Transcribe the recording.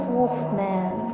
Wolfman